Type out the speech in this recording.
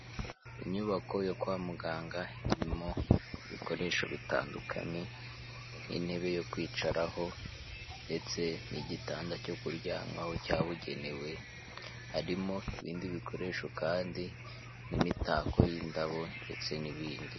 Inyubako yo kwa muganga irimo ibikoresho bitandukanye nk'intebe yo kwicaraho ndetse n'igitanda cyo kuryawaho cyabugenewe, harimo ibindi bikoresho kandi n'imitako y'indabo ndetse n'ibindi.